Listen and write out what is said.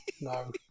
no